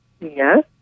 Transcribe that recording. Yes